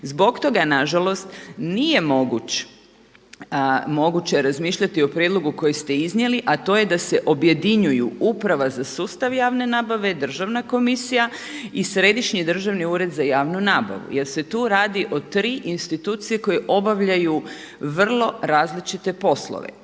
Zbog toga nažalost nije moguće razmišljati o prijedlogu koji ste iznijeli a to je da se objedinjuju uprava za sustav javne nabave, Državna komisija i Središnji državni ured za javnu nabavu jer se tu radi o tri institucije koje obavljaju vrlo različite poslove.